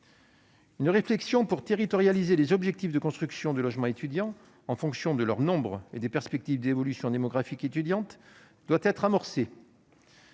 Une réflexion pour territorialiser les objectifs de construction de logements étudiants en fonction du nombre d'étudiants et des perspectives d'évolution de cette population doit être amorcée.